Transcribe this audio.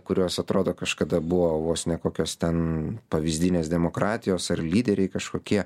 kurios atrodo kažkada buvo vos ne kokios ten pavyzdinės demokratijos ar lyderiai kažkokie